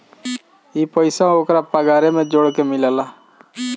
ई पइसा ओन्करा पगारे मे जोड़ के मिलेला